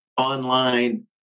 online